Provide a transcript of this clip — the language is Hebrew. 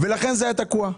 ולכן זה היה תקוע.